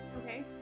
Okay